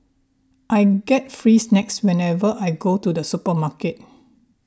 I get free snacks whenever I go to the supermarket